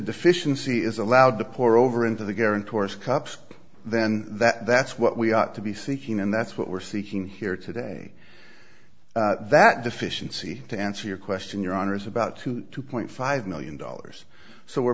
deficiency is allowed to pour over into the guarantors cups then that that's what we ought to be seeking and that's what we're seeking here today that deficiency to answer your question your honour's about two two point five million dollars so we're